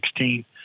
2016